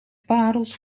parels